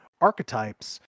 archetypes